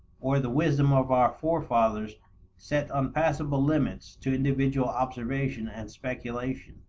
or the wisdom of our forefathers set unpassable limits to individual observation and speculation.